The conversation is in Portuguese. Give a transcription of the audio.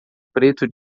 preto